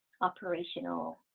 operational